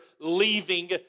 leaving